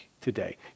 today